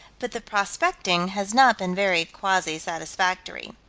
but the prospecting has not been very quasi-satisfactory.